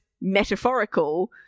metaphorical